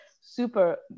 super